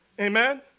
Amen